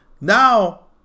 Now